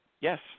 yes